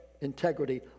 integrity